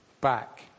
back